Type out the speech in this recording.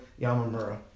Yamamura